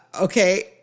Okay